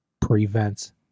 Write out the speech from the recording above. prevents